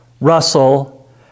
Russell